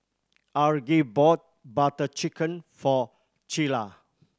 Aggie bought Butter Chicken for Cilla